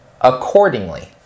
accordingly